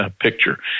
picture